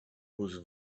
whose